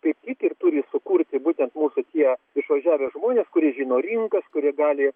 kaip tik ir turi sukurti būtent mūsų tie išvažiavę žmonės kurie žino rinkas kurie gali